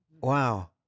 Wow